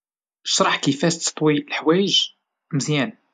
شرح كيفاش تطوي الحوايج مزيان.